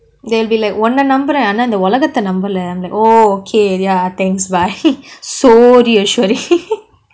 they'll be like உன்ன நம்புறேன் ஆனா இந்த உலகத்தை நம்பலை:unna namburaen aanaa intha ulagatha nambala oh okay ya thanks bye so reassuring